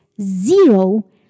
zero